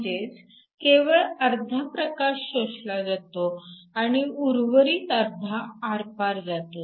म्हणजेच केवळ अर्धा प्रकाश शोषला जातो आणि उर्वरित अर्धा आरपार जातो